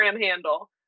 handle